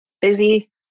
Busy